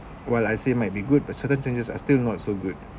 while I said might be good but certain changes are still not so good